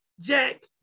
Jack